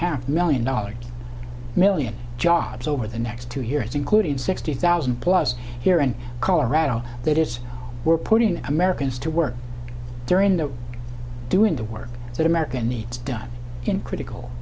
half million dollars million jobs over the next two years including sixty thousand plus here in colorado that is we're putting americans to work during the doing the work that america needs done in critical